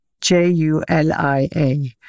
J-U-L-I-A